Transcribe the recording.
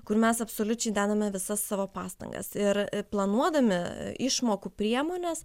kur mes absoliučiai dedame visas savo pastangas ir planuodami išmokų priemones